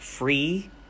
Free